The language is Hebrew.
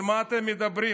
על מה אתם מדברים?